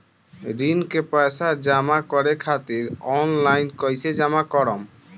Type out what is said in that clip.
ऋण के पैसा जमा करें खातिर ऑनलाइन कइसे जमा करम?